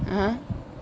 (uh huh)